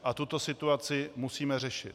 A tuto situaci musíme řešit.